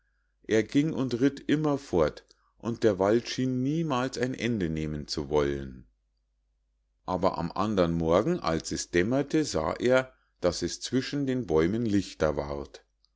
er ging und ritt immerfort und der wald schien niemals ein ende nehmen zu wollen aber am andern morgen als es dämmerte sah er daß es zwischen den bäumen lichter ward